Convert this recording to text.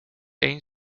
een